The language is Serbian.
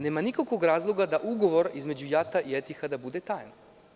Nema nikakvog razloga da ugovor između JAT i Etihada bude tajna.